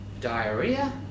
diarrhea